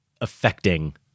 affecting